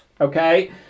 Okay